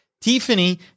Tiffany